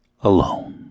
alone